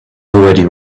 already